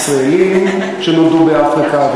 ישראלים שנולדו באפריקה,